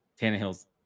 Tannehill's